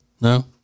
No